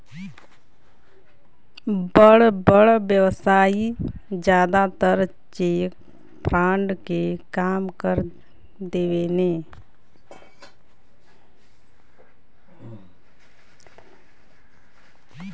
बड़ बड़ व्यवसायी जादातर चेक फ्रॉड के काम कर देवेने